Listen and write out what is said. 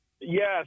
Yes